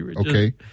Okay